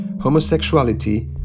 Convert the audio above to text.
homosexuality